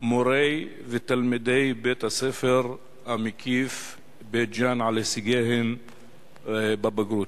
מורי ותלמידי בית-הספר המקיף בית-ג'ן על הישגיהם בבגרות.